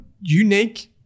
unique